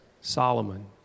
Solomon